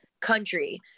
country